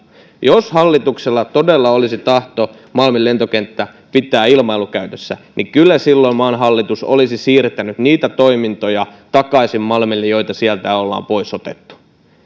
jos hallituksella todella olisi tahto malmin lentokenttä pitää ilmailukäytössä niin kyllä silloin maan hallitus olisi siirtänyt niitä toimintoja takaisin malmille joita sieltä ollaan pois otettu